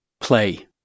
Play